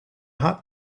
hot